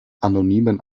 anonymen